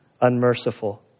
unmerciful